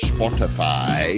Spotify